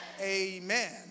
Amen